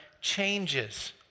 changes